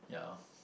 yeah